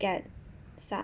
get so~